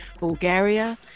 Bulgaria